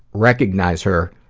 recognize her,